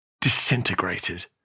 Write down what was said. disintegrated